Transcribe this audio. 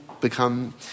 become